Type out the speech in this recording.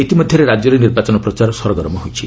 ଇତିମଧ୍ୟରେ ରାଜ୍ୟରେ ନିର୍ବାଚନ ପ୍ରଚାର ସରଗରମ ହୋଇଛି